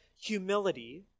humility